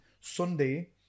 Sunday